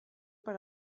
per